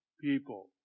people